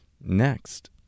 Next